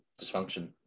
dysfunction